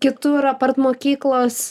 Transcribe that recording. kitur apart mokyklos